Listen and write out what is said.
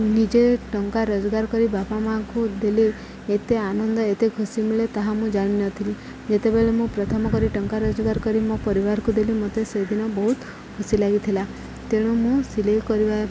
ନିଜେ ଟଙ୍କା ରୋଜଗାର କରି ବାପା ମାଆଙ୍କୁ ଦେଲେ ଏତେ ଆନନ୍ଦ ଏତେ ଖୁସି ମିଳେ ତାହା ମୁଁ ଜାଣିନଥିଲି ଯେତେବେଳେ ମୁଁ ପ୍ରଥମ କରି ଟଙ୍କା ରୋଜଗାର କରି ମୋ ପରିବାରକୁ ଦେଲି ମୋତେ ସେଦିନ ବହୁତ ଖୁସି ଲାଗିଥିଲା ତେଣୁ ମୁଁ ସିଲେଇ କରିବା